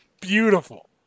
Beautiful